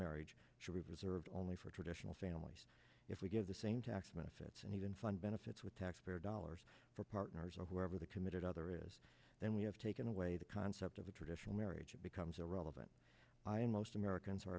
serve only for traditional families if we give the same tax benefits and even fund benefits with taxpayer dollars for partners or whoever the committed other is then we have taken away the concept of a traditional marriage it becomes irrelevant i am most americans are